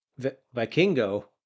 Vikingo